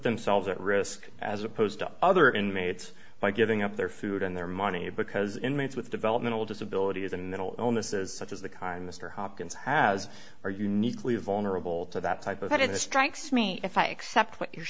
themselves at risk as opposed to other inmates by giving up their food and their money because inmates with developmental disabilities and the onus is such as the kind mr hopkins has are uniquely vulnerable to that type of but it strikes me if i accept what you're